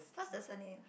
what's the surname